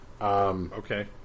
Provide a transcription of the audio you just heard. Okay